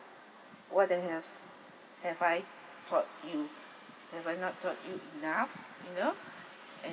what they have have I taught you have I not taught you enough you know and